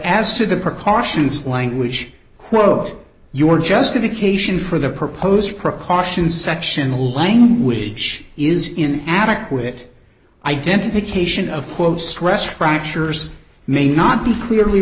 as to the precautions language quote your justification for the proposed precaution sectional language is in adequate identification of quote stress fractures may not be clearly